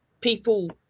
People